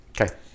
Okay